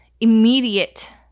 immediate